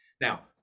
Now